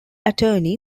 attorney